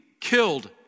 killed